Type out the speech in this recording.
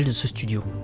and so studio.